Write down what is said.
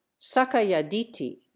sakayaditi